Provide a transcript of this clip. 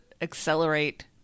accelerate